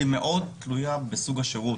והיא מאוד תלויה בסוג השירות.